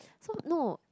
so no